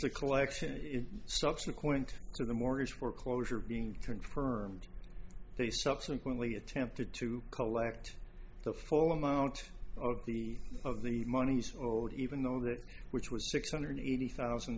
the collection stocks according to the mortgage foreclosure being confirmed they subsequently attempted to collect the full amount of the of the monies owed even though that which was six hundred eighty thousand